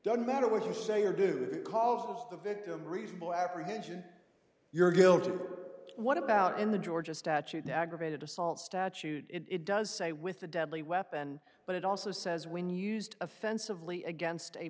doesn't matter what you say or do because the victim reasonable apprehension you're guilty of what about in the georgia statute aggravated assault statute it does say with a deadly weapon but it also says when used offensively against a